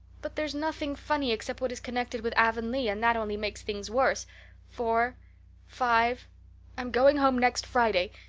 but there's nothing funny except what is connected with avonlea, and that only makes things worse four five i'm going home next friday,